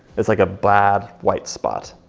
it's like a bad white spot.